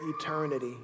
eternity